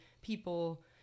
people